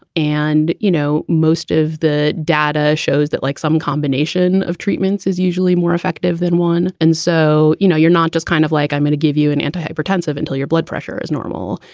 and, you know, most of the data shows that like some combination of treatments is usually more effective than one. and so, you know, you're not just kind of like i'm going to give you an anti-hypertensive until your blood pressure is normal.